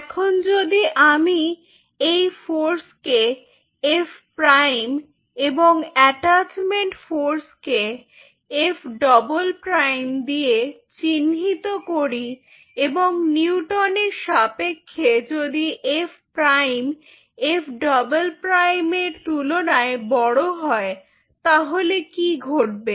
এখন যদি আমি এই ফোর্স কে এফ প্রাইম f এবং অ্যাটাচমেন্ট ফোর্স কে এফ ডবল প্রাইম f দিয়ে চিহ্নিত করি এবং নিউটনের সাপেক্ষে যদি F prime f F double prime f এর তুলনায় বড় হয় তাহলে কি ঘটবে